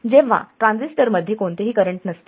जेव्हा ट्रान्झिस्टर मध्ये कोणतेही करंट नसते